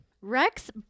Rex